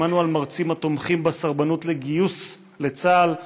שמענו על מרצים התומכים בסרבנות לגיוס לצה"ל,